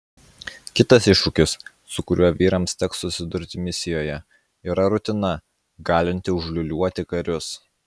kitas iššūkis su kuriuo vyrams teks susidurti misijoje yra rutina galinti užliūliuoti karius